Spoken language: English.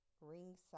Ringside